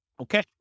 Okay